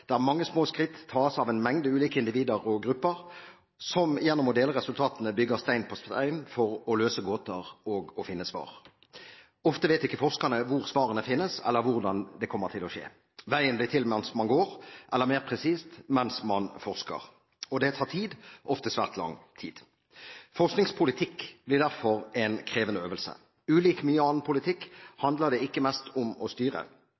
arbeid, der mange små skritt tas av en mengde ulike individer og grupper, som gjennom å dele resultatene bygger stein på stein for å løse gåter og finne svar. Ofte vet ikke forskerne hvor svarene finnes, eller hvordan det kommer til å skje. Veien blir til mens man går, eller – mer presist – mens man forsker. Og det tar tid, ofte svært lang tid. Forskningspolitikk blir derfor en krevende øvelse. Ulik mye annen politikk handler det ikke mest om å styre.